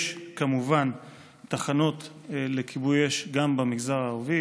יש כמובן תחנות לכיבוי אש גם במגזר הערבי,